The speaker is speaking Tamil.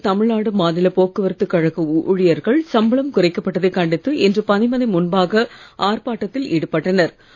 புதுச்சேரியில் தமிழ்நாடு மாநில போக்குவரத்து கழக ஊழியர்கள் சம்பளம் குறைக்கப்பட்டதைக் கண்டித்து இன்று பணிமனை முன்பாக ஆர்ப்பாட்டத்தில் ஈடுபட்டனர்